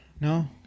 no